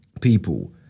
people